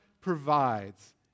provides